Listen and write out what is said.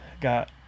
got